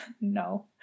No